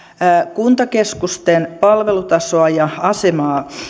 kuntakeskusten palvelutasoa ja asemaa